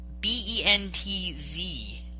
B-E-N-T-Z